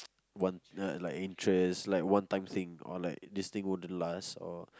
one like interest like one time thing or like this thing wouldn't last or